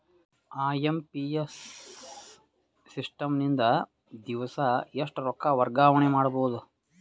IMPS system ನಿಂದ ದಿವಸಾ ಎಷ್ಟ ರೊಕ್ಕ ವರ್ಗಾವಣೆ ಮಾಡಬಹುದು?